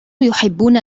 يحبون